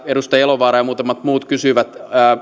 edustaja elovaara ja muutamat muut kysyivät